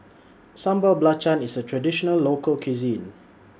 Sambal Belacan IS A Traditional Local Cuisine